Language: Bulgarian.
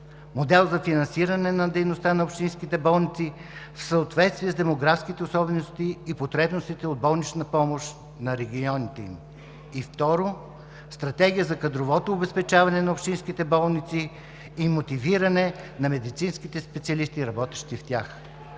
Модел за финансиране на дейността на общинските болници в съответствие с демографските особености и потребностите от болнична помощ на регионите им. 2. Стратегия за кадровото обезпечаване на общинските болници и мотивиране на медицинските специалисти, работещи в тях.